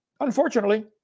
unfortunately